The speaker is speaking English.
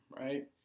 right